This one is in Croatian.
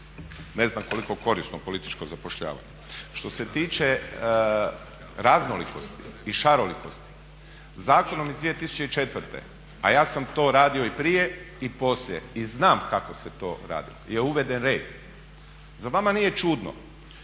ne znam koliko korisno političko zapošljavanje. Što se tiče raznolikosti i šarolikosti zakonom iz 2004., a ja sam to radio i prije i poslije i znam kako se to radi, je uveden red. Zar vama nije čudno